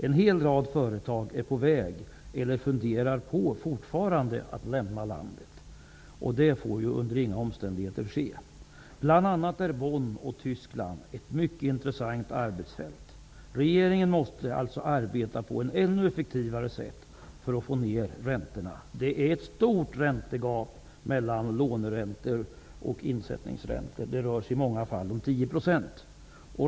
En hel rad företag är på väg att lämna landet eller funderar fortfarande på att göra det. Det får under inga omständigheter ske. Bl.a. är Bonn och Tyskland ett mycket intressant arbetsfält. Regeringen måste arbeta på ett ännu effektivare sätt för att få ner räntorna. Det finns ett stort räntegap mellan låneräntor och insättningsräntor. Det rör sig i många fall om 10 %.